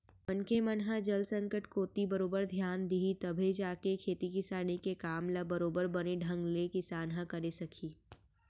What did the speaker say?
मनखे मन ह जल संकट कोती बरोबर धियान दिही तभे जाके खेती किसानी के काम ल बरोबर बने ढंग ले किसान ह करे सकही